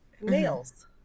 nails